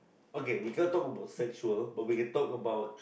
okay we can't talk about sexual but we can talk about